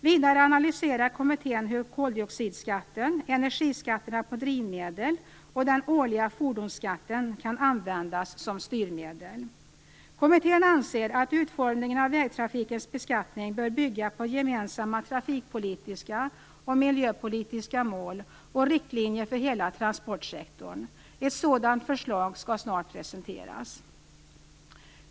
Vidare analyserar kommittén hur koldioxidskatten, energiskatterna på drivmedel och den årliga fordonsskatten kan användas som styrmedel. Kommittén anser att utformningen av vägtrafikens beskattning bör bygga på gemensamma trafikpolitiska och miljöpolitiska mål och riktlinjer för hela transportsektorn. Ett sådant förslag skall snart presenteras.